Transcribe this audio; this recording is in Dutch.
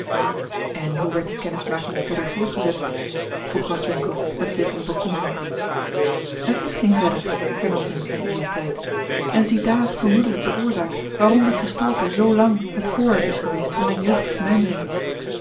en hoe werd die kennismaking verder voortgezet vroeg graswinckel met zekere bekommering er is geen verder hernam zij met naïvieteit en ziedaar vermoedelijk de oorzaak waarom die gestalte zoolang het voorwerp is geweest van mijne jeugdige